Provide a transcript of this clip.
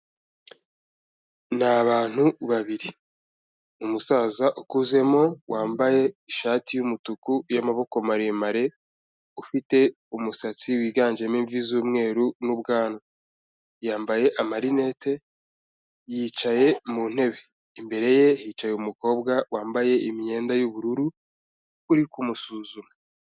Ni abantu babiri, umusaza ukuzemo wambaye ishati y'umutuku y'amaboko maremare, ufite umusatsi wiganjemo imvi z'umweru n'ubwanwa, yambaye amarinete, yicaye mu ntebe, imbere ye hicaye umukobwa wambaye imyenda y'ubururu uri kumusuzuma.